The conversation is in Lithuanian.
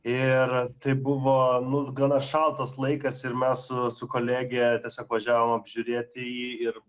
ir tai buvo nu gana šaltas laikas ir mes su kolege tiesiog važiavom apžiūrėti jį ir